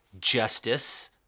justice